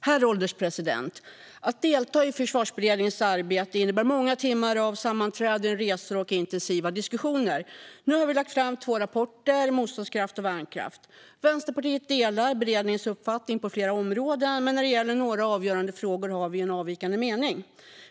Herr ålderspresident! Att delta i Försvarsberedningens arbete innebär många timmar av sammanträden, resor och intensiva diskussioner. Vi har nu lagt fram två rapporter, Motståndskraft och Värnkraft . Vänsterpartiet delar beredningens uppfattning på flera områden, men när det gäller några avgörande frågor har vi en avvikande mening.